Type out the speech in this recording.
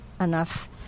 enough